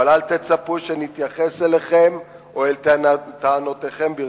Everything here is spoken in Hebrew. אבל אל תצפו שנתייחס אליכם או אל טענותיכם ברצינות,